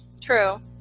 True